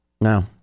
no